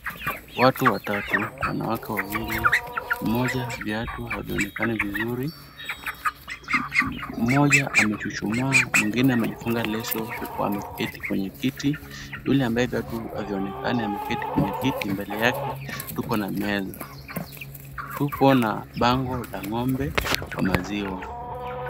Watu watatu, wanawake wawili mmoja viatu havionekani vizuri, mmoja amechuchumaa, mwingine amejifunga leso huku ameketi kwenye kiti. Yule ambaye viatu havionekani ameketi kwenye kiti mbele yake tupo na meza. Tupo na bango la ng'ombe wa maziwa.